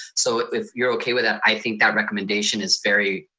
so if you're okay with that, i think that recommendation is very,